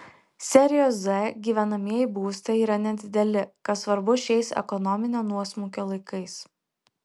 serijos z gyvenamieji būstai yra nedideli kas svarbu šiais ekonominio nuosmukio laikais